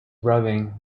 rubbing